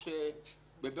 לצערי,